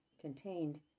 contained